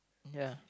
ya